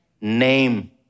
Name